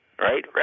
right